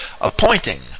appointing